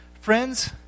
Friends